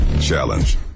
Challenge